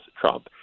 Trump